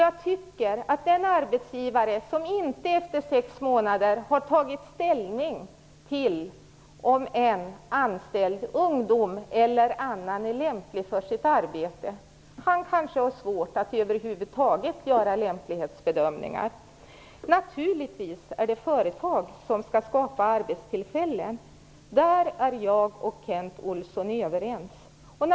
Jag tycker att den arbetsgivare som inte efter sex månader har tagit ställning till om en anställd ungdom eller annan är lämplig för sitt arbete kanske har svårt att över huvud taget göra lämplighetsbedömningar. Naturligtvis är det företag som skall skapa arbetstillfällen. Där är jag och Kent Olsson överens.